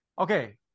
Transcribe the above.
okay